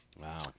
Wow